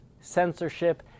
censorship